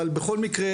אבל בכל מקרה,